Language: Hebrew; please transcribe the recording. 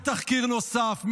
בתחקיר נוסף,